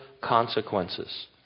consequences